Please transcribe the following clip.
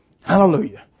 Hallelujah